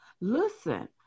Listen